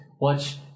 watch